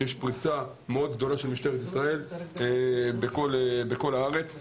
יש פריסה מאוד גדולה של משטרת ישראל בכל הארץ.